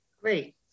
Great